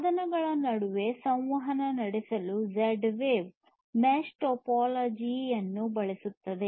ಸಾಧನಗಳ ನಡುವೆ ಸಂವಹನ ನಡೆಸಲು Z wave mesh network topology ಯನ್ನು ಬಳಸುತ್ತದೆ